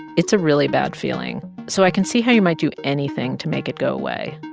it's a really bad feeling, so i can see how you might do anything to make it go away.